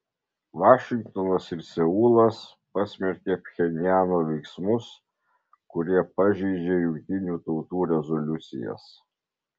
vašingtonas ir seulas pasmerkė pchenjano veiksmus kurie pažeidžia jungtinių tautų rezoliucijas